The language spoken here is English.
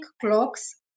clocks